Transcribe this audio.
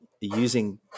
using